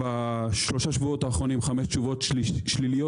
בשלושת השבועות האחרונים חמש תשובות שליליות,